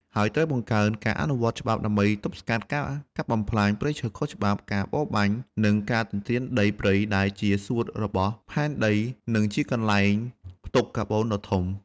ហើយត្រូវបង្កើនការអនុវត្តច្បាប់ដើម្បីទប់ស្កាត់ការកាប់បំផ្លាញព្រៃឈើខុសច្បាប់ ការបរបាញ់ និងការទន្ទ្រានដីព្រៃ ដែលជាសួតរបស់ផែនដី និងជាកន្លែងផ្ទុកកាបូនដ៏ធំ។